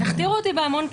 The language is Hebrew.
הכתירו אותי בהמון כינויים.